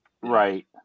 Right